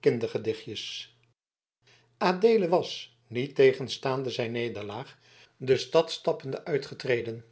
kindergedichtjes adeelen was niettegenstaande zijn nederlaag de stad stappende uitgereden